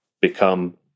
become